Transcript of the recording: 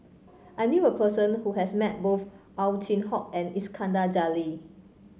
I knew a person who has met both Ow Chin Hock and Iskandar Jalil